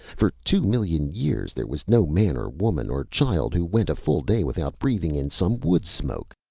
for two million years there was no man or woman or child who went a full day without breathing in some wood smoke!